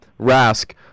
Rask